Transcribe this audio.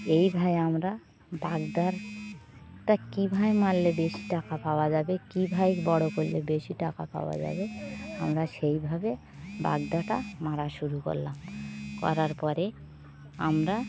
এই ভাবে আমরা বাগদাটা কী ভাবে মারলে বেশি টাকা পাওয়া যাবে কী ভাবে বড় করলে বেশি টাকা পাওয়া যাবে আমরা সেই ভাবে বাগদাটা মারা শুরু করলাম করার পরে আমরা